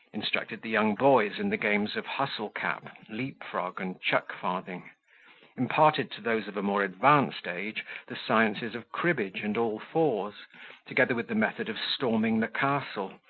instructed the young boys in the games of hustle-cap, leap-frog, and chuck-farthing imparted to those of a more advanced age the sciences of cribbage and all-fours, together with the method of storming the castle,